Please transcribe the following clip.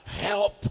help